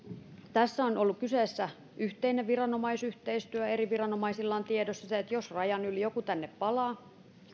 tässä on ollut kyseessä yhteinen viranomaisyhteistyö eri viranomaisilla on tiedossa se että jos rajan yli joku tänne palaa